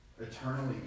eternally